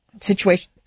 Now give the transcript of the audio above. situation